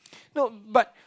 no but